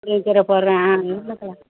முருங்கக்கீரை போடுறேன் ஆ உருளைக்கிழங்கு